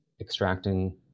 extracting